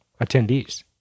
attendees